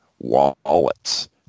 wallets